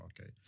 okay